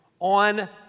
on